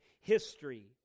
history